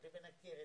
לכן אמרתי.